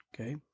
Okay